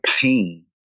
pain